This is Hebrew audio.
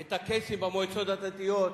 את הקייסים במועצות הדתיות,